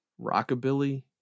rockabilly